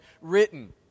written